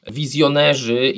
wizjonerzy